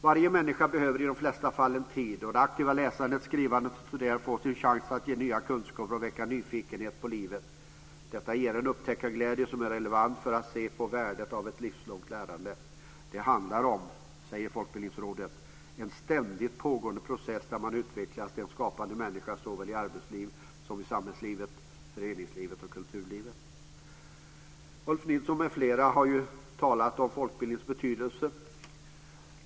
Varje människa behöver i de flesta fall en tid då det aktiva läsandet, skrivandet och studerandet får sin chans att ge nya kunskaper och att väcka nyfikenhet på livet. Detta ger en upptäckarglädje som är relevant för hur man ser på värdet av ett livslångt lärande. Det handlar om, säger Folkbildningsrådet, en ständigt pågående process där man utvecklas till en skapande människa i arbetslivet, samhällslivet, föreningslivet och kulturlivet. Ulf Nilsson m.fl. har ju talat om folkbildningens betydelse.